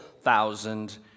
thousand